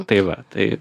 tai va tai